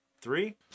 Three